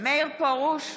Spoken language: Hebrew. מאיר פרוש,